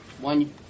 one